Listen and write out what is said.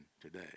today